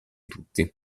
tutti